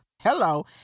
hello